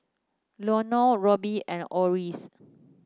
Robley and Oris